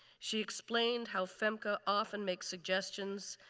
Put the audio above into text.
she explained how femca often makes suggestions,